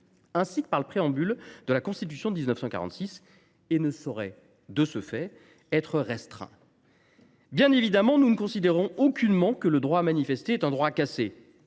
ainsi que par le préambule de la Constitution de 1946. Ils ne sauraient, de ce fait, être restreints. Bien évidemment, nous ne considérons aucunement que le droit à manifester est un droit à casser.